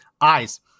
eyes